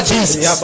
Jesus